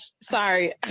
sorry